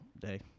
day